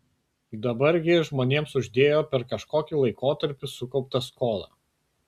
dabar gi žmonėms uždėjo per kažkokį laikotarpį sukauptą skolą